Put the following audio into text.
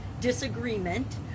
disagreement